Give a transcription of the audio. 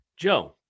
Joe